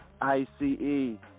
I-C-E